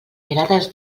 mirades